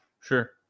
Sure